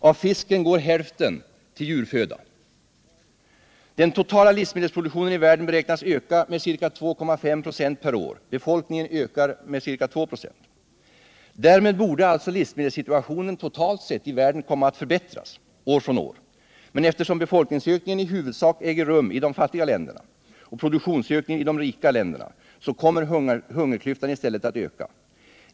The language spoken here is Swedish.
Av fisken går hälften till djurföda. Den totala livsmedelsproduktionen i världen beräknas öka med ca 2,5 96 per år. Befolkningen ökar med ca 2 96 per år. Därmed borde livsmedelssituationen totalt sett i världen förbättras år från år. Men eftersom befolkningsökningen i huvudsak äger rum i de fattiga länderna och produktionsökningen i de rika länderna kommer hungerklyftan i stället att öka.